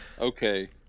Okay